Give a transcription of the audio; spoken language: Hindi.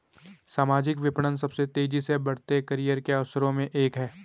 सामाजिक विपणन सबसे तेजी से बढ़ते करियर के अवसरों में से एक है